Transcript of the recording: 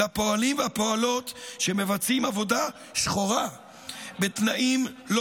לפועלים והפועלות שמבצעים עבודה שחורה בתנאים-לא-תנאים